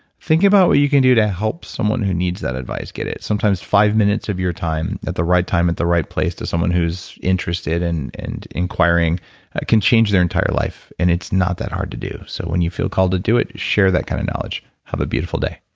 thinking about what you can do to help someone who needs that advice get it sometimes five minutes of your time at the right time, at the right place, to someone who's interested and and inquiring can change their entire life. and it's not that hard to do, so when you feel called to do it, share that kind of knowledge. have a beautiful day